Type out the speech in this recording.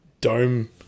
dome